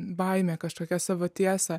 baimę kažkokią savo tiesą